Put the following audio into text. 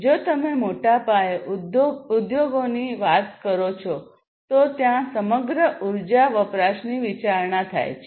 જો તમે મોટા પાયે ઉદ્યોગોની વાત કરો છો તો ત્યાં સમગ્ર ઉર્જા વપરાશની વિચારણા છે